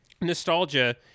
nostalgia